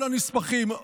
כל הנספחים,